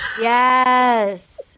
Yes